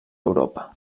europa